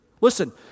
Listen